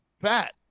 bat